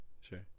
sure